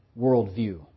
worldview